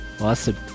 Awesome